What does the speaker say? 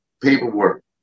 paperwork